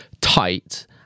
tight